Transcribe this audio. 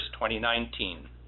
2019